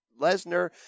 Lesnar